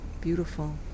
beautiful